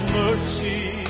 mercy